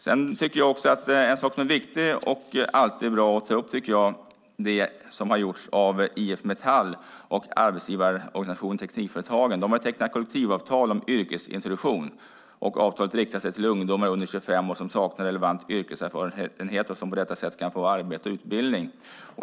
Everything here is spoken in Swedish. Sedan tycker jag att en sak som är viktig och alltid bra att ta upp är det som har gjorts av IF Metall och arbetsgivarorganisationen Teknikföretagen. De har tecknat kollektivavtal om yrkesintroduktion. Avtalet riktar sig till ungdomar under 25 år som saknar relevant yrkeserfarenhet och som på detta sätt kan få arbete och utbildning.